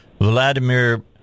Vladimir